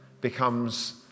becomes